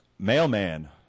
Mailman